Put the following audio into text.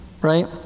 Right